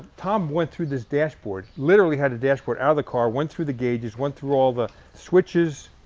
tom went through this dashboard, literally had the dashboard out of the car, went through the gauges, went through all the switches.